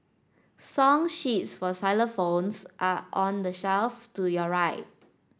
song sheets for xylophones are on the shelf to your right